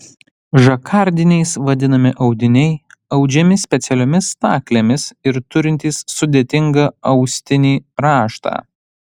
žakardiniais vadinami audiniai audžiami specialiomis staklėmis ir turintys sudėtingą austinį raštą